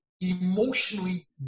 emotionally